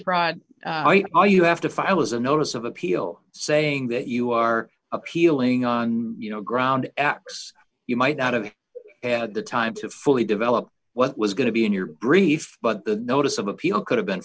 or you have to file was a notice of appeal saying that you are appealing on you know ground x you might not have the time to fully develop what was going to be in your brief but the notice of appeal could have been